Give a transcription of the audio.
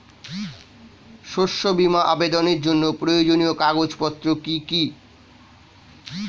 শস্য বীমা আবেদনের জন্য প্রয়োজনীয় কাগজপত্র কি কি?